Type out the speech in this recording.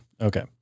Okay